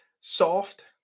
soft